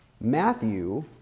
Matthew